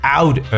out